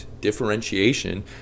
differentiation